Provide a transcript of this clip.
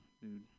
dude